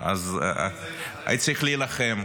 פה, וצריך להילחם,